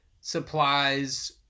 supplies